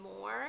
more